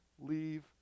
leave